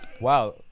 Wow